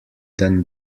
than